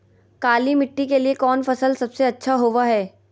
काली मिट्टी के लिए कौन फसल सब से अच्छा होबो हाय?